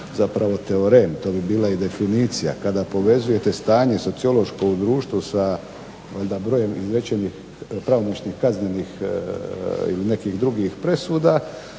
zapravo teorem da bi bila i definicija kada povezujete stanje sociološkog društva sa, da brojem izrečenih pravomoćnih kaznenih ili nekih drugih presuda,